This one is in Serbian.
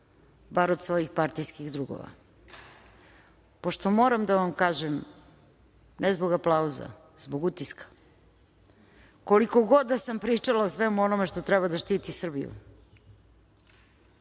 bar od svojih partijskih drugova. Pošto moram da vam kažem, ne zbog aplauza, zbog utiska, koliko god da sam pričala o svemu onome što treba da štiti Srbiju,